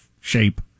shape